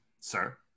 sir